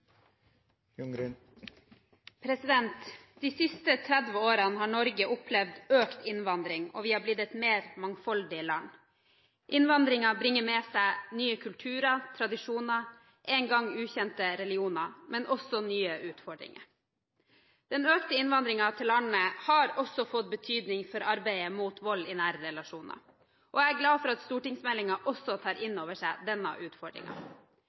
omme. De siste 30 årene har Norge opplevd økt innvandring, og vi har blitt et mer mangfoldig land. Innvandringen bringer med seg nye kulturer, tradisjoner, en gang ukjente religioner, men også nye utfordringer. Den økte innvandringen til landet har også fått betydning for arbeidet mot vold i nære relasjoner. Jeg er glad for at stortingsmeldingen også tar inn over seg denne